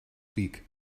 week